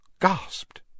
gasped